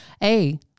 hey